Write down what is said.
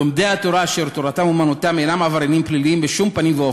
לומדי התורה אשר תורתם אומנותם אינם עבריינים פליליים בשום פנים ואופן.